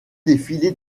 défiler